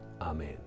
Amen